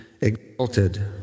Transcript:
exalted